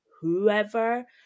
whoever